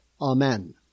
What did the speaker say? Amen